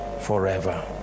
forever